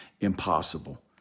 impossible